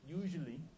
usually